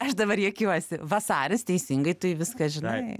aš dabar juokiuosi vasaris teisingai tai viską žinai